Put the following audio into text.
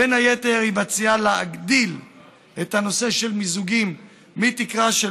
בין היתר היא מציעה להגדיל בנושא של מיזוגים מתקרה של